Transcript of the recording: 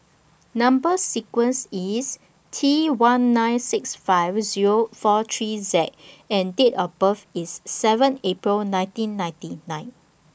Number sequence IS T one nine six five Zero four three Z and Date of birth IS seven April ninteen ninty nine